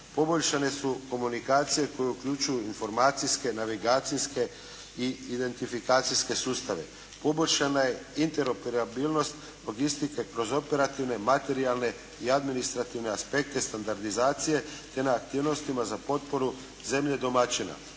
poboljšane su komunikacije koje uključuju informacijske, navigacijske i identifikacijske sustave. Poboljšana je interoperabilnost logistike kroz operativne, materijalne i administrativne aspekte standardizacije, te na aktivnostima za potporu zemlje domaćina.